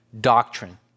doctrine